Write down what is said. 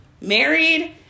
married